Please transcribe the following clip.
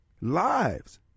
lives